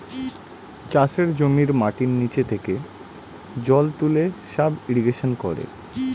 চাষের জমির মাটির নিচে থেকে জল তুলে সাব ইরিগেশন করে